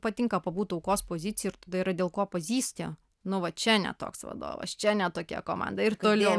patinka pabūt aukos pozicijoj ir tada yra dėl ko pazysti nu va čia ne toks vadovas čia ne tokia komanda ir toliau